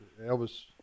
Elvis